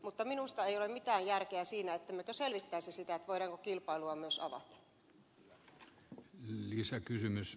mutta minusta ei ole mitään järkeä siinä ettemme selvittäisi sitä voidaanko kilpailua myös avata